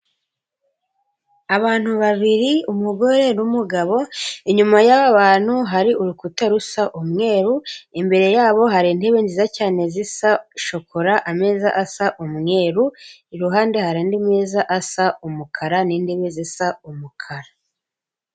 Abantu babiri umugore n'umugabo, inyuma y'abantu hari urukuta rusa umweru imbere yabo hari intebe nziza cyane zisa shokora ameza asa umweru, iruhande hari indi meza isa umukara. N'indi meza isa umukara.